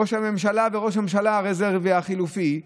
ראש הממשלה וראש הממשלה הרזרבי, החילופי,